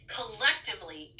collectively